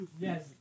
Yes